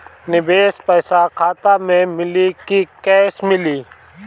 निवेश पइसा खाता में मिली कि कैश मिली?